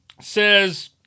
says